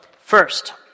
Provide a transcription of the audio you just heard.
first